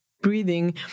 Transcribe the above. breathing